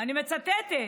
אני מצטטת.